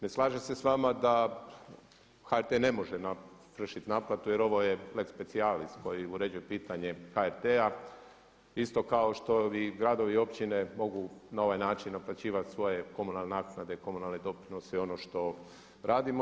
Ne slažem se s vama da HRT ne može vršiti naplatu jer ovo je lex specialis koji uređuje pitanje HRT-a isto kao što i gradovi i općine mogu na ovaj način naplaćivati svoje komunalne naknade, komunalne doprinose i ono što radimo.